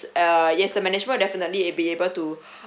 uh yes the management definitely be able to uh